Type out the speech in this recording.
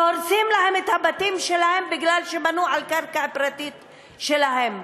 שהורסים את הבתים שלהם כי בנו על קרקע פרטית שלהם?